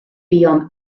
buom